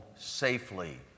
safely